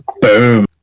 Boom